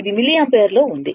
ఇది మిల్లియాంపియర్లో ఉంది